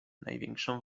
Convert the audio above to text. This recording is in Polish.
największą